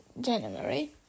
january